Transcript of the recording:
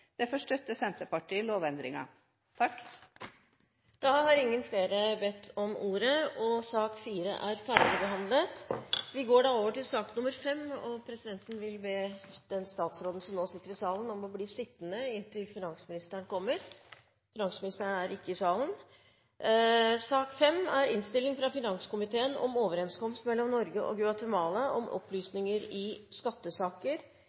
Derfor støtter Senterpartiet lovendringene. Flere har ikke bedt om ordet til sak nr. 4. Presidenten vil be den statsråden som nå sitter i salen, om å bli sittende inntil finansministeren kommer. Finansministeren er ikke i salen. Ingen har bedt om ordet. Ingen har bedt om ordet. Ingen har bedt om ordet. Etter ønske fra finanskomiteen vil presidenten foreslå at taletiden begrenses til 5 minutter til hver gruppe og